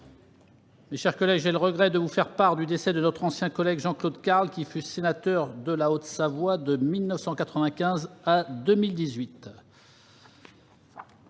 Mes chers collègues, j'ai le regret de vous faire part du décès de notre ancien collègue Jean-Claude Carle, qui fut sénateur de la Haute-Savoie de 1995 à 2018.